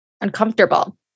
uncomfortable